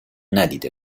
ندیده